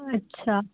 अच्छा